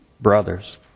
brothers